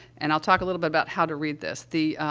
and i'll talk a little bit about how to read this. the,